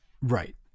Right